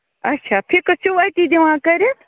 اچھا فِکٔس چھِو أتی دِوان کٔرِتھ